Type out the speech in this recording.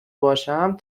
باشم